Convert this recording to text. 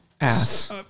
ass